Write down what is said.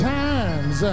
times